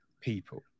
people